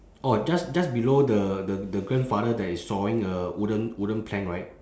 orh just just below the the the grandfather that is sawing a wooden wooden plank right